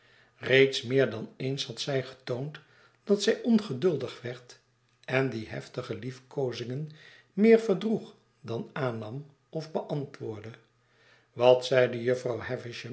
reeds meer dan eens had zij getoond dat zij ongeduldig werd en die he ftige liefkooziiigen meer verdroeg dan aannam of beantwoordde wat zeide jufvrouw